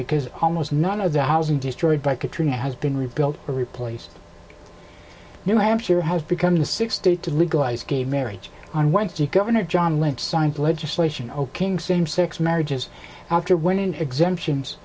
because almost none of the housing destroyed by katrina has been rebuilt or replace new hampshire has become the six state to legalize gay marriage on wednesday governor john lynch signed legislation oking same sex marriages after winning exemptions